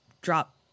drop